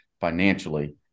financially